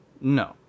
no